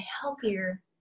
healthier